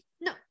No